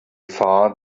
far